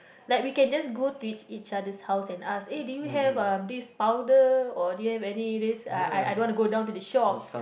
like we can just go to each each other's house and ask eh do you have eh this powder or do you have any this I I I don't want to go down to the shops